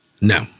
no